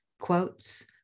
quotes